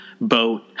boat